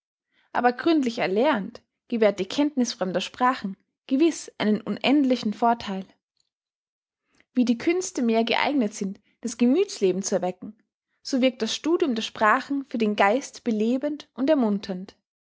aber gründlich erlernt gewährt die kenntniß fremder sprachen gewiß einen unendlichen vortheil wie die künste mehr geeignet sind das gemüthsleben zu erwecken so wirkt das studium der sprachen für den geist belebend und ermunternd